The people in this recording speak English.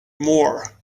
more